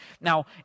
Now